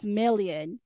million